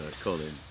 Colin